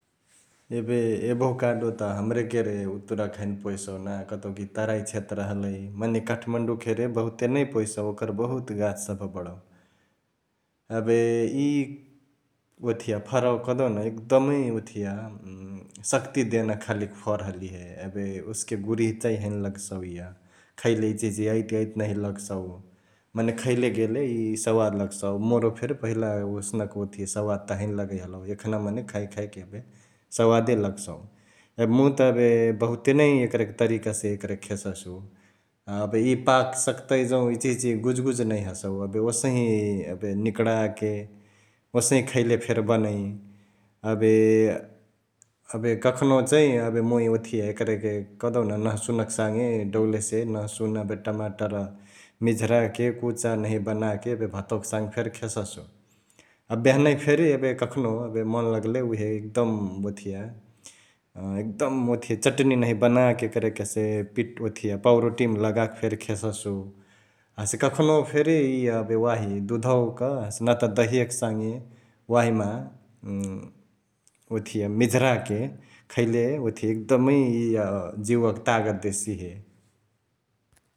एबे एभोकाडोत हमरे केरे उतुरक हैनो पोवेसउना कतौकी तराइ क्षेत्र हलई मने काठमाडौं केरे बहुते नै पोवेसउ ओकर बहुत गाछ सभ बडउ । एबे इ ओथिया फरवा कहदेउन एकदमै ओथिया शक्ती देना खालीक फर हलिहे । एबे ओसके गुरिह चै हैने लगसउ इअ खैले इचहिच याइतियाइती नहिया लगसउ मने खैले गेले इअ सवाद लगसउ । मोरो फेरी पहिला ओसनक ओथिया सवाद त हैने लगैइ हलउ एखाने मने खैइकिखैइकी एबे सवादे लगसउ । एबे मुइ त एबे बहुते नै एकरके तरिकसे एकरके खेससु । एबे इ पाक सकतई जौं इचिहिची गुजगुज नहिया हसउ एबे ओसही एबे निकडाके ओसही खैले फेरी बनै । एबे एबे कखोनो चैं एबे मुइ ओथिया एकरके कहदिउन नहसुनक सङ्गे डौलसे नहसुन एबे टमाटर मिझाराके, कुचा नहिया बनाके एबे भातवाक साङ्गे फेरी खेससु । एबे बिहानै फेरी एबे कखनहु एबे मन लग्ले उहे एकदम ओथिया एकदम ओथिया चटनी नहिया बनके एकरके हसे पाउरोटियामा लगाके फेरी खेससु । हसे कखनो फेरी इअ वाही दुधवाक हसे नत दहियाक साङ्गे वाहिमा ओथिया मिझाराके खैले ओथिया एकदमै इअ जिउवाके ताकत देसिहे ।